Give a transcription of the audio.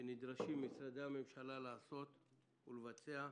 שנדרשים משרדי הממשלה לעשות ולבצע,